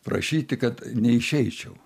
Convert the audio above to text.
prašyti kad neišeičiau